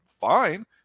fine